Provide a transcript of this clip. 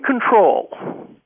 control